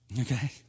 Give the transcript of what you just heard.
okay